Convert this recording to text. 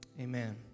Amen